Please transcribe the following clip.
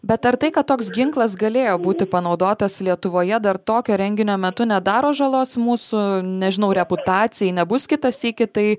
bet ar tai kad toks ginklas galėjo būti panaudotas lietuvoje dar tokio renginio metu nedaro žalos mūsų nežinau reputacijai nebus kitą sykį tai